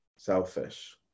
Selfish